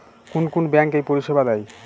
কোন কোন ব্যাঙ্ক এই পরিষেবা দেয়?